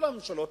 כל הממשלות,